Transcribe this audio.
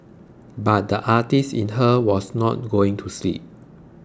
but the artist in her was not going to sleep